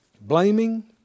blaming